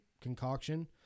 concoction